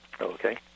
Okay